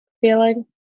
feeling